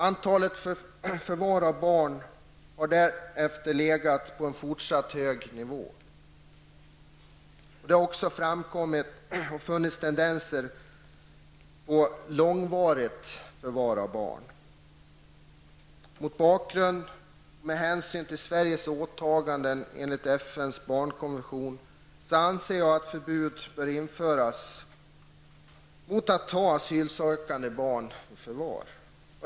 Antalet fall av förvar av barn har därefter legat på en fortsatt hög nivå, och det har också funnits en tendens till att det blir fråga om långvariga förvar. Mot denna bakgrund och med hänsyn till Sveriges åtaganden enligt FNs barnkonvention anser jag att förbud bör införas mot att ta asylsökande barn i förvar.